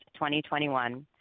2021